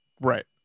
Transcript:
Right